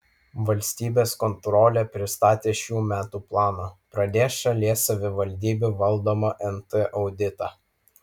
valstybės kontrolė pristatė šių metų planą pradės šalies savivaldybių valdomo nt auditą